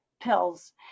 pills